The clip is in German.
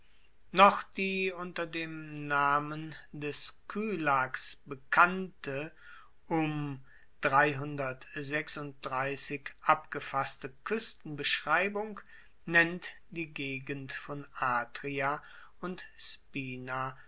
noch die unter dem namen des skylax bekannte um abgefasste kuestenbeschreibung nennt die gegend von atria und spina